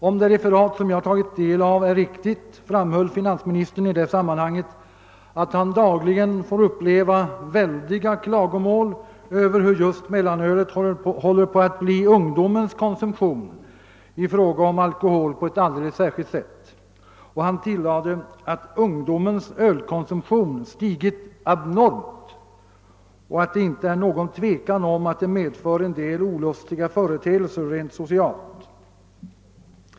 Om det referat som jag har tagit del av är riktigt framhöll finansministern i det sammanhanget att han dagligen får motta många klagomål över att just mellanölet håller på att bli ungdomens konsumtion av alkohol. Och han tillade att ungdomens ölkonsumtion har stigit abnormt och att det inte är någon tvekan om att detta rent socialt medför en del olustiga företeelser.